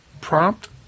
Prompt